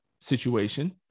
situation